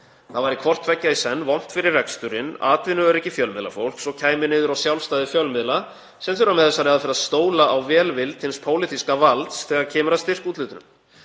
Það væri hvort tveggja í senn vont fyrir reksturinn, atvinnuöryggi fjölmiðlafólks og kæmi niður á sjálfstæði fjölmiðla sem þurfa með þessari aðferð að stóla á velvild hins pólitíska valds þegar kemur að styrkúthlutunum.